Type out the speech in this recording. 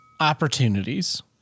opportunities